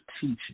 teaching